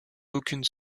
d’aucune